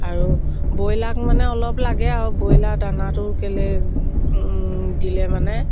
আৰু ব্ৰইলাৰক মানে অলপ লাগে আৰু ব্ৰইলাৰ দানাটো কেলে দিলে মানে